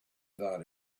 that